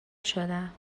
شدم